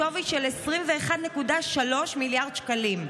בשווי של 21.3 מיליארד שקלים.